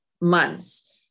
months